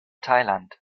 thailand